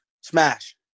Smash